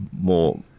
more